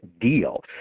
Deal